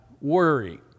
worry